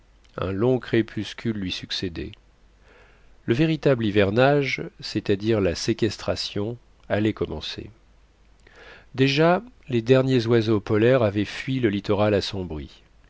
un long crépuscule lui succédait le véritable hivernage c'est-à-dire la séquestration allait commencer déjà les derniers oiseaux polaires avaient fui le littoral assombri